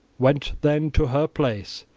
went then to her place.